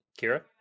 Kira